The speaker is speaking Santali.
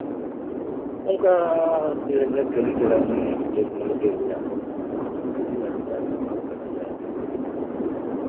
ᱚᱱᱠᱟ ᱜᱮᱞᱮ ᱠᱟᱹᱢᱤ ᱠᱮᱫᱟ ᱩᱱᱤ ᱦᱳᱴᱮᱞ ᱢᱟᱞᱤᱠ ᱜᱮ ᱞᱟᱹᱭᱟᱜ ᱞᱮᱭᱟᱭ ᱚᱱᱠᱟ ᱞᱮᱠᱟ ᱜᱮᱞᱮ ᱠᱟᱹᱢᱤ ᱠᱮᱫᱟ